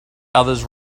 others